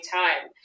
time